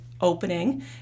opening